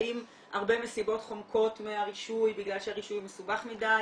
האם הרבה מסיבות חומקות מהרישוי בגלל שהרישוי מסובך מדי,